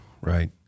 Right